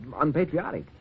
unpatriotic